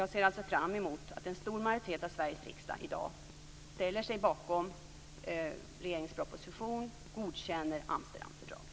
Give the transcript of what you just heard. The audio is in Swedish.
Jag ser alltså fram emot att en stor majoritet av Sveriges riksdag i dag ställer sig bakom regeringens proposition och godkänner Amsterdamfördraget.